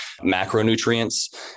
macronutrients